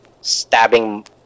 stabbing